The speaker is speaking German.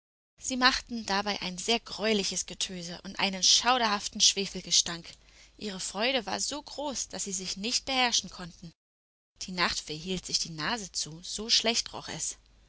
sie machten dabei ein sehr greuliches getöse und einen schauderhaften schwefelgestank ihre freude war so groß daß sie sich nicht beherrschen konnten die nachtfee hielt sich die nase zu so schlecht roch es